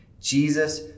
Jesus